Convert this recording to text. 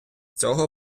цього